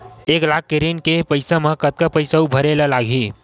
एक लाख के ऋण के पईसा म कतका पईसा आऊ भरे ला लगही?